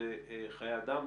אלה חייב אדם.